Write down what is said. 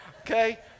Okay